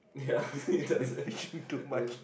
been fishing too much